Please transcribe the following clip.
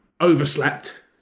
overslept